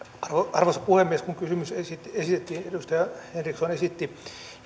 arvoisa puhemies kun edustaja henriksson esitti kysymyksen